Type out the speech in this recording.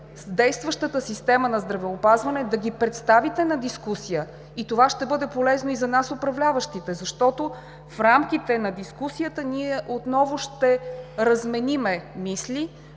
действащата система на здравеопазване, да ги представите на дискусия и това ще бъде полезно и за нас управляващите. Защото в рамките на дискусията ние отново ще разменим мисли,